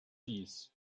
dies